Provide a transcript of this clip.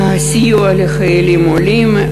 סיוע לחיילים עולים,